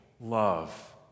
love